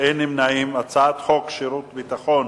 את הצעת חוק שירות ביטחון